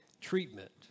treatment